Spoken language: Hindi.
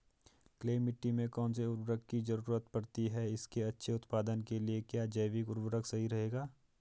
क्ले मिट्टी में कौन से उर्वरक की जरूरत पड़ती है इसके अच्छे उत्पादन के लिए क्या जैविक उर्वरक सही रहेगा?